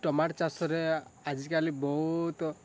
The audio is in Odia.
ଟମାଟୋ ଚାଷରେ ଆଜିକାଲି ବହୁତ